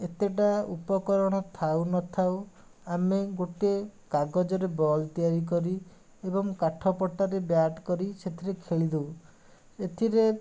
ଏତେଟା ଉପକରଣ ଥାଉ ନଥାଉ ଆମେ ଗୋଟେ କାଗଜରେ ବଲ୍ ତିଆରିକରି ଏବଂ କାଠପଟାରେ ବ୍ୟାଟ୍ କରି ସେଥିରେ ଖେଳିଦେଉ ଏଥିରେ